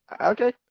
Okay